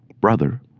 brother